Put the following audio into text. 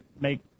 make